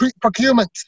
procurement